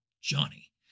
Johnny